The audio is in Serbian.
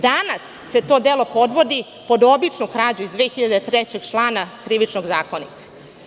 Danas se to delo podvodi pod običnu krađu iz 2003 člana Krivičnog zakonika.